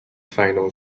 final